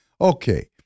Okay